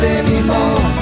anymore